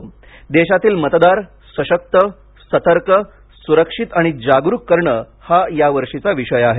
देशातील मतदार सशक्त सतर्क सुरक्षित आणि जागरूक करणे हा यावर्षीचा विषय आहे